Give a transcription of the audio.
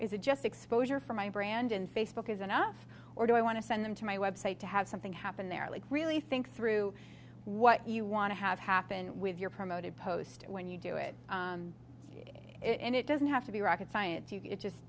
it just exposure for my brand in facebook is enough or do i want to send them to my website to have something happen there like really think through what you want to have happen with your promoted post when you do it it doesn't have to be rocket science you just